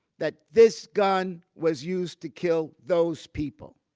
that this gun was used to kill those people.